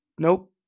Nope